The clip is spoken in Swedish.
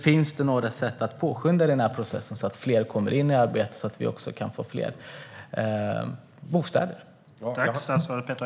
Finns det några sätt att påskynda processen så att fler kommer in i arbete och så att vi kan få fler bostäder?